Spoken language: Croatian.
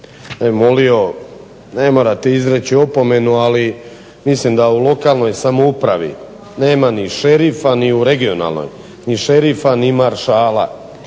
molio, ne morate izreći opomenu, ali mislim da u lokalnoj samoupravi, ni u regionalnoj nema ni šerifa ni maršala